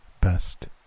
best